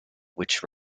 which